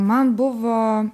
man buvo